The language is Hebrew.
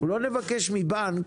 לא נבקש מבנק